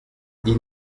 dis